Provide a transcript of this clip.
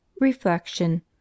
Reflection